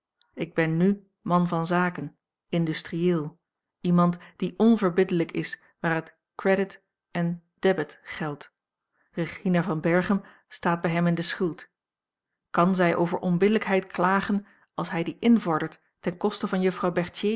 ik ben n man van zaken industrieel iemand die onverbiddelijk is waar het credit en debet geldt regina van berchem staat bij hem in de schuld kan zij over onbillijkheid klagen als hij die invordert ten koste van juffrouw